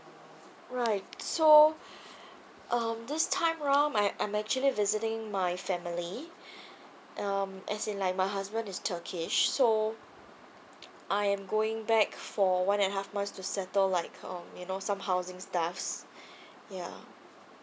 right so um this time round my I'm actually visiting my family um as in like my husband is turkish so I am going back for one and half months to settle like um you know some housing stuffs ya